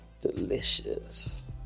Delicious